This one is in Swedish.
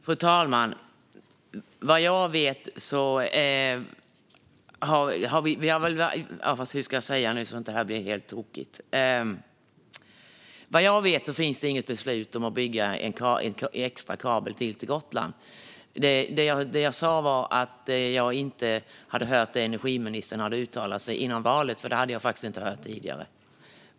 Fru talman! Vad jag vet finns det inget beslut om att bygga en extra kabel till Gotland. Det jag sa var att jag inte hade hört hur energiministern hade uttalat sig före valet. Det hade jag faktiskt inte hört tidigare.